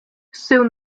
soon